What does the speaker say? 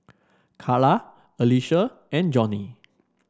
Karla Alicia and Johnie